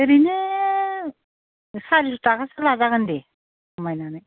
ओरैनो सारि स थाखासो लाजागोन दे खमायनानै